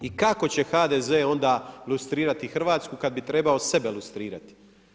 I kako će HDZ onda ilustrirati Hrvatsku kad bi trebao sebe ilustrirati?